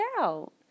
out